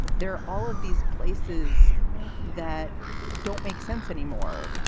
there are all of these places that don't make sense anymore.